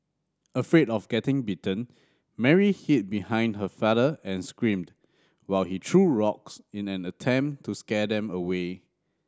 afraid of getting bitten Mary hid behind her father and screamed while he threw rocks in an attempt to scare them away